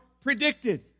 predicted